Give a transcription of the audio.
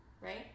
right